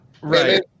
Right